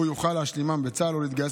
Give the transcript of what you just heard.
הוא יוכל להשלימם בצה"ל או להתגייס